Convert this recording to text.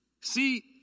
See